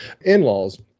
in-laws